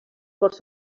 força